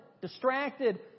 distracted